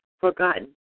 forgotten